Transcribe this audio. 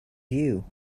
view